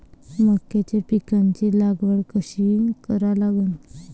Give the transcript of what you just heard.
मक्याच्या पिकाची लागवड कशी करा लागन?